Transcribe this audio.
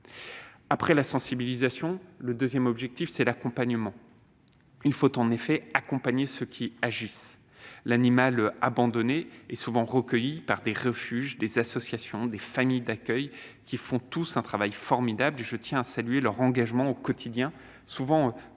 tiens particulièrement. Le deuxième objectif est l'accompagnement. Il faut en effet accompagner ceux qui agissent. L'animal abandonné est souvent recueilli par des refuges, des associations, des familles d'accueil, qui font tous un travail formidable. Je tiens à saluer leur engagement au quotidien, souvent assuré par